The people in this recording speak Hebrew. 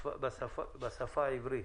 בשפה העברית.